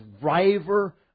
driver